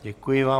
Děkuji vám.